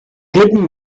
klippen